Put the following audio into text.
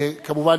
כמובן,